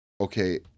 okay